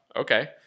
Okay